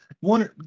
one